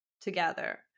together